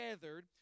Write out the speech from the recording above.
gathered